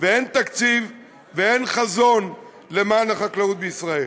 ואין תקציב ואין חזון למען החקלאות בישראל.